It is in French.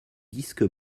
disque